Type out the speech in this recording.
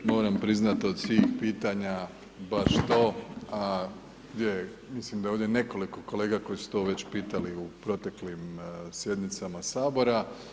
Moram priznati, od svih pitanja, baš to, a gdje, mislim da je ovdje nekoliko kolega koji su to već pitali u proteklim sjednicama Sabora.